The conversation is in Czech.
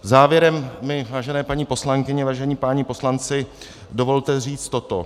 Závěrem mi, vážené paní poslankyně, vážení páni poslanci, dovolte říci toto.